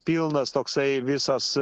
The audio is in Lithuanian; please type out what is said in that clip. pilnas toksai visas